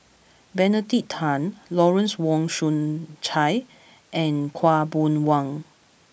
Benedict Tan Lawrence Wong Shyun Tsai and Khaw Boon Wan